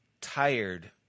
tired